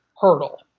hurdle